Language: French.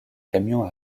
camion